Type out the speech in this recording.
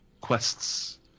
quests